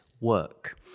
work